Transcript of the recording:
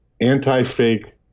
Anti-fake